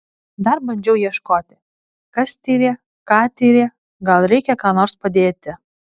dar bandžiau ieškoti kas tyrė ką tyrė gal reikia ką nors padėti